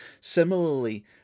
Similarly